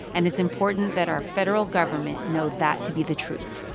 and it's important that our federal government know that to be the truth.